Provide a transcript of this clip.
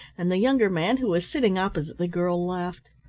and the younger man, who was sitting opposite the girl, laughed.